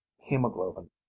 hemoglobin